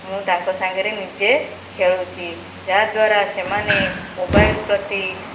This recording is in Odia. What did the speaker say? ମୁଁ ତାଙ୍କ ସାଙ୍ଗରେ ନିଜେ ଖେଳୁଛି ଯାହାଦ୍ଵାରା ସେମାନେ ମୋବାଇଲ ପ୍ରତି